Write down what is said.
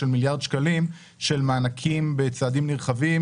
של מיליארד שקלים של מענקים בצעדים נרחבים,